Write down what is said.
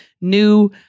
new